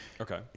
Okay